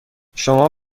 شما